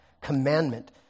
commandment